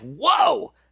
whoa